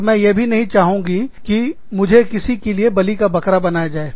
और मैं यह भी नहीं चाहूँगी कि मुझे किसी के लिए बलि का बकरा बनाया जाए